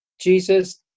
jesus